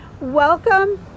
welcome